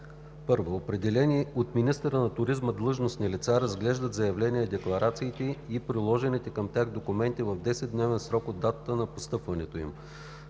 „(1) Определени от министъра на туризма длъжностни лица разглеждат заявления-декларациите и приложените към тях документи в 14-дневен срок от датата на постъпването им.